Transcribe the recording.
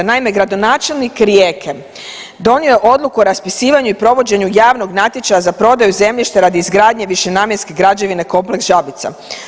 Naime, gradonačelnik Rijeke donio je odluku o raspisivanju i provođenju javnog natječaja za prodaju zemljišta radi izgradnje višenamjenske građevine Kompleks Žabica.